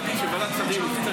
להגיד שוועדת שרים החליטה להתנגד,